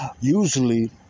usually